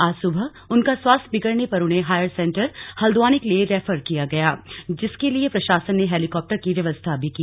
आज सुबह उनका स्वास्थ्य बिगड़ने पर उन्हें हायर सेंटर हल्द्वानी के लिए रेफर किया गया जिसके लिए प्रशासन ने हेलीकॉप्टर की व्यवस्था भी की